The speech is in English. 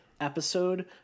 episode